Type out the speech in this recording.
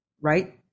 right